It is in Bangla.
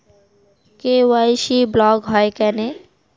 কে.ওয়াই.সি ব্লক হয় কেনে?